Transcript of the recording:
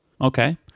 Okay